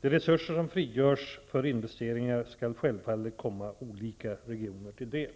De resurser som frigörs för investeringar skall självfallet komma olika regioner till del.